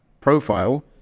profile